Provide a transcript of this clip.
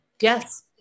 yes